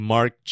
Mark